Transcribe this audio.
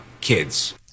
kids